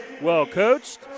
well-coached